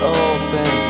open